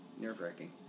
nerve-wracking